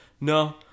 no